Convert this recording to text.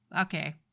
okay